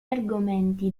argomenti